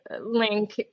link